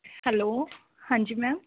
hello ਹਾਂਜੀ ma'am